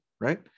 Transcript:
right